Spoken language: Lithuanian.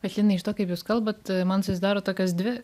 bet linai iš to kaip jūs kalbat man susidaro tokios dvi